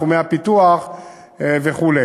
תחומי הפיתוח וכו'.